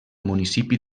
municipi